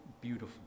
beautiful